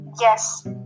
Yes